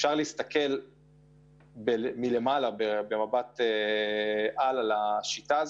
אפשר להסתכל במבט על השיטה הזו,